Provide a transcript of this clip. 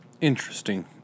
Interesting